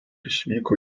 išvyko